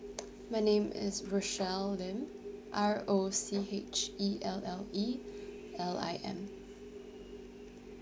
my name is rochelle lim R O C H E L L E L I M